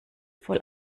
voll